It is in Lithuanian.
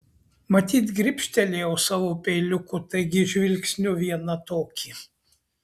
matyt gribštelėjau savo peiliuku taigi žvilgsniu vieną tokį